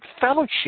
fellowship